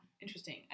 Interesting